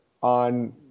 on